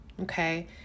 okay